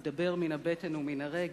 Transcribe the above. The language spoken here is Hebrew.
מדבר מן הבטן ומן הרגש.